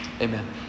Amen